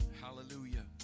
Hallelujah